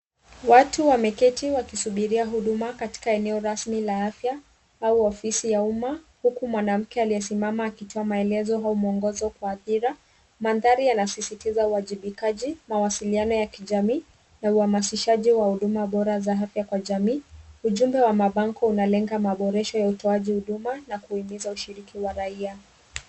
Watu wameketi wakisubiria huduma katika eneo rasmi la afya au ofisi ya umma huku mwanamke aliyesimama akitoa maelezo au mwongozo kwa hadhira. Mandhari yanasisitiza uwajibikaji, mawasiliano ya kijamii na uhamasishaji wa huduma bora za afya kwa jamii. Ujumbe wa mabango unalenga maboresho ya utoaji huduma na kuhimiza ushiriki wa raia.